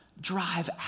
drive